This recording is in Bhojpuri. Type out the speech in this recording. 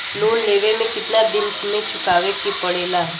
लोन लेवे के कितना दिन मे चुकावे के पड़ेला?